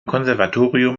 konservatorium